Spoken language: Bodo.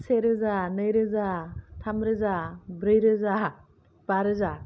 से रोजा नै रोजा थाम रोजा ब्रै रोजा बा रोजा